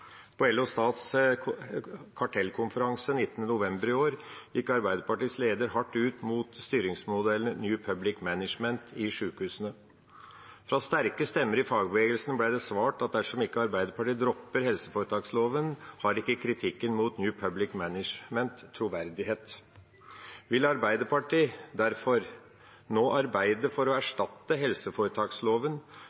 På LO Stats kartellkonferanse 19. november i år gikk Arbeiderpartiets leder hardt ut mot styringsmodellen New Public Management i sjukehusene. Fra sterke stemmer i fagbevegelsen ble det svart at dersom ikke Arbeiderpartiet dropper helseforetaksloven, har ikke kritikken mot New Public Management troverdighet. Vil Arbeiderpartiet derfor nå arbeide for å